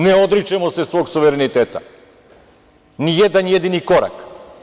Ne odričemo se svog suvereniteta, ni jedan jedini korak.